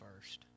first